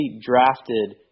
drafted